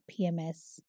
PMS